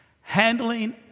handling